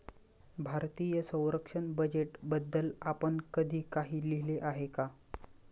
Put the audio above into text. भारतीय संरक्षण बजेटबद्दल आपण कधी काही लिहिले आहे का?